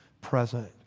present